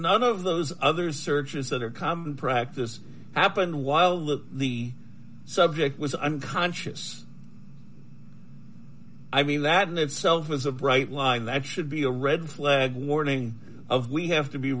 none of those other searches that are common practice happened while the the subject was unconscious i mean that in itself is a bright line that should be a red flag warning of we have to be